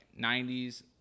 90s